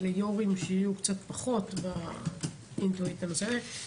ליו"רים שיהיו קצת פחות into it בנושא הזה,